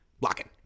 Blocking